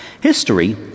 History